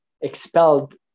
expelled